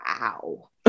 Wow